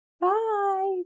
Bye